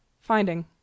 FINDING